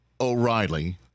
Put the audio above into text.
O'Reilly